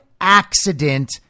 accident